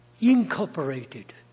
incorporated